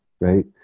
right